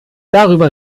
darüber